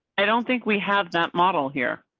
i don't think we have that model here.